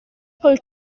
col